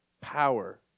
power